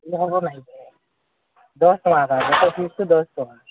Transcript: ହେବନାହିଁ ଯେ ଦଶ ଟଙ୍କାଟା ଗୋଟେ ପିସ୍କୁ ଦଶ ଟଙ୍କା